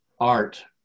art